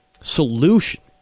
solution